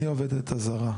אני העובדת הזרה,